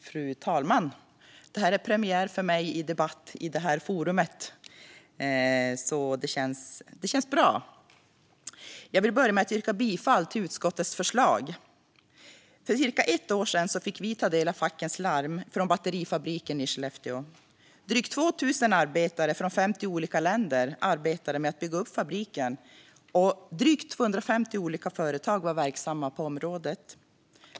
Fru talman! Detta är min premiärdebatt i det här forumet. Det känns bra. Jag vill börja med att yrka bifall till utskottets förslag. För cirka ett år sedan fick vi ta del av fackens larm från batterifabriken i Skellefteå. Drygt 2 000 arbetare från 50 olika länder arbetade med att bygga upp fabriken, och drygt 250 olika företag var verksamma på området.